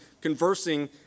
conversing